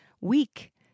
weak